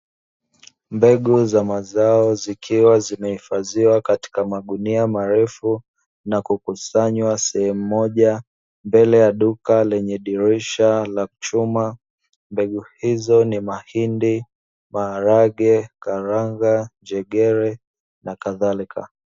Mbegu za mazao, zikiwa zimehifadhiwa katika magunia marefu na kukusanywa sehemu moja mbele ya duka lenye dirisha la chuma. Mbegu hizo ni: mahindi, maharage, karanga, njegere na kadhalika.